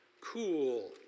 cool